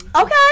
Okay